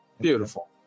Beautiful